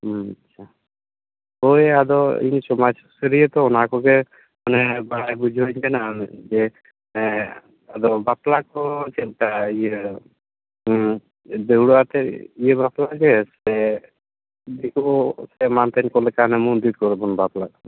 ᱟᱪᱪᱷᱟ ᱦᱳᱭ ᱟᱫᱚ ᱤᱧ ᱥᱚᱢᱟᱡᱽ ᱥᱩᱥᱟᱹᱨᱤᱭᱟᱹ ᱛᱚ ᱚᱱᱟ ᱠᱚᱜᱮ ᱢᱟᱱᱮ ᱵᱟᱲᱟᱭ ᱵᱩᱡᱷᱟᱹᱣ ᱤᱧ ᱠᱟᱱᱟ ᱡᱮ ᱟᱫᱚ ᱵᱟᱯᱞᱟ ᱠᱚ ᱪᱮᱫ ᱞᱮᱠᱟ ᱤᱭᱟᱹ ᱫᱟᱹᱣᱲᱟᱹ ᱟᱛᱮᱫ ᱤᱭᱟᱹ ᱵᱟᱯᱞᱟᱜᱮ ᱥᱮ ᱫᱤᱠᱩ ᱥᱮ ᱢᱟᱱᱛᱮᱱ ᱠᱚ ᱞᱮᱠᱟ ᱦᱟᱱᱟ ᱢᱚᱱᱫᱤᱨ ᱠᱚᱨᱮ ᱵᱚᱱ ᱵᱟᱯᱞᱟᱜ ᱠᱟᱱᱟ